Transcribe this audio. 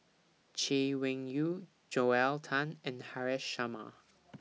Chay Weng Yew Joel Tan and Haresh Sharma